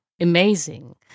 amazing